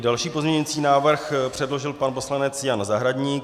Další pozměňující návrh předložil pan poslanec Jan Zahradník.